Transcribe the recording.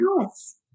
Yes